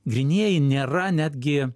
grynieji nėra netgi